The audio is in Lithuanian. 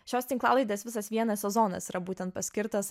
šios tinklalaidės visas vienas sezonas yra būtent paskirtas